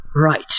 Right